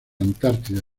antártida